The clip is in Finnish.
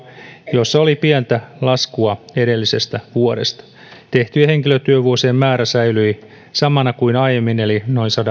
jossa oli pientä laskua edellisestä vuodesta tehtyjen henkilötyövuosien määrä säilyi samana kuin aiemmin eli